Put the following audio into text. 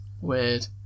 weird